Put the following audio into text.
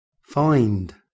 find